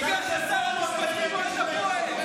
בגלל ששר המשפטים הוא אוהד של הפועל תל אביב.